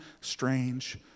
strange